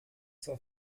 zur